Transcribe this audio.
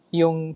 yung